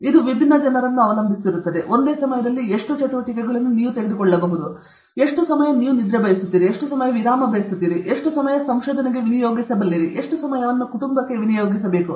ಇದು ವಿಭಿನ್ನ ಜನರನ್ನು ಅವಲಂಬಿಸಿರುತ್ತದೆ ಒಂದೇ ಸಮಯದಲ್ಲಿ ಎಷ್ಟು ಚಟುವಟಿಕೆಗಳನ್ನು ನೀವು ತೆಗೆದುಕೊಳ್ಳಬಹುದು ಎಷ್ಟು ಸಮಯ ನೀವು ನಿದ್ರೆ ಬಯಸುತ್ತೀರಿ ಎಷ್ಟು ಸಮಯ ನೀವು ವಿರಾಮಕ್ಕಾಗಿ ಬಯಸುತ್ತೀರಿ ಎಷ್ಟು ಸಮಯ ನೀವು ಸಂಶೋಧನೆಗೆ ವಿನಿಯೋಗಿಸುತ್ತೀರಿ ಎಷ್ಟು ಸಮಯವನ್ನು ನೀವು ಕುಟುಂಬಕ್ಕೆ ವಿನಿಯೋಗಿಸಬೇಕು